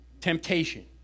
temptation